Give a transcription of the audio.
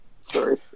Sorry